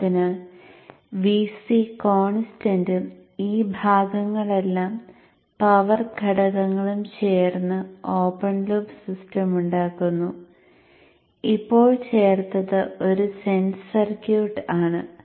അതിനാൽ Vc കോൺസ്റ്റന്റും ഈ ഭാഗങ്ങളെല്ലാം പവർ ഘടകങ്ങളും ചേർന്ന് ഓപ്പൺ ലൂപ്പ് സിസ്റ്റം ഉണ്ടാക്കുന്നു ഇപ്പോൾ ചേർത്തത് ഒരു സെൻസ് സർക്യൂട്ട് ആണ്